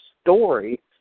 story